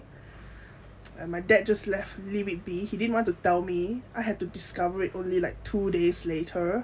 and my dad just left leave it be he didn't want to tell me I had to discover it only like two days later